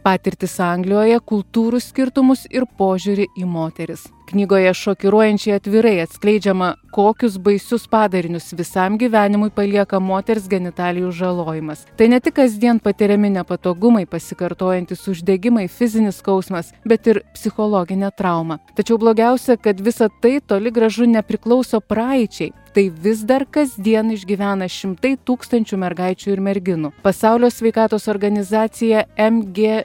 patirtis anglijoje kultūrų skirtumus ir požiūrį į moteris knygoje šokiruojančiai atvirai atskleidžiama kokius baisius padarinius visam gyvenimui palieka moters genitalijų žalojimas tai ne tik kasdien patiriami nepatogumai pasikartojantys uždegimai fizinis skausmas bet ir psichologinė trauma tačiau blogiausia kad visa tai toli gražu nepriklauso praeičiai tai vis dar kasdien išgyvena šimtai tūkstančių mergaičių ir merginų pasaulio sveikatos organizacija m g